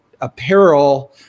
apparel